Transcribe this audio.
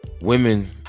Women